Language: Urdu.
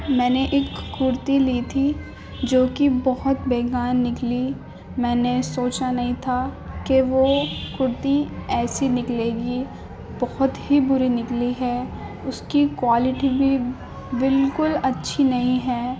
میں نے ایک کرتی لی تھی جوکہ بہت بیکار نکلی میں نے سوچا نہیں تھا کہ وہ کرتی ایسی نکلے گی بہت ہی بری نکلی ہے اس کی کوالٹی بھی بالکل اچھی نہیں ہے